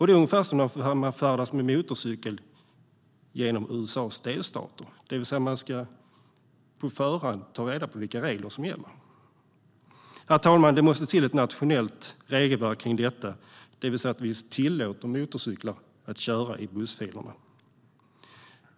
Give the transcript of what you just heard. Det är ungefär som när man färdas med motorcykel genom USA:s delstater, då man på förhand ska ta reda på vilka regler som gäller. Herr talman! Det måste till ett nationellt regelverk kring detta, så att vi tillåter motorcyklar att köra i bussfilerna.